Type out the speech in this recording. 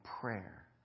prayer